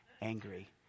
angry